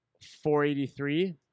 483